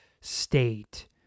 state